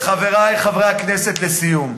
חברי חברי הכנסת, לסיום: